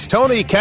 Tony